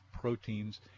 proteins